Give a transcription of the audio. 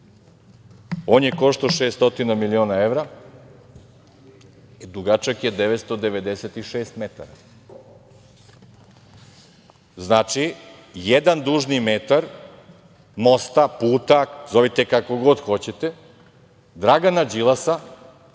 on je koštao 600 miliona evra, dugačak je 996 metara. Znači, jedan dužni metar mosta, puta, nazovite kako god hoćete, Dragana Đilasa